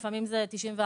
לפעמים זה 94%,